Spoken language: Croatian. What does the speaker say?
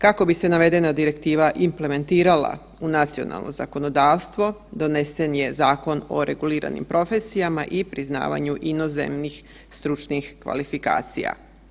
Kako bi se navedena direktiva implementirala u nacionalno zakonodavstvo donesen je Zakon o reguliranim profesijama i priznavanju inozemnih stručnih kvalifikacija.